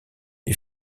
est